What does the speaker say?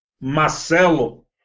Marcelo